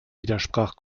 widersprach